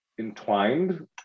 entwined